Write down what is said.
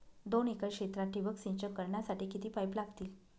दोन एकर क्षेत्रात ठिबक सिंचन करण्यासाठी किती पाईप लागतील?